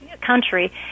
country